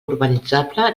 urbanitzable